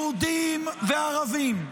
יהודים וערבים,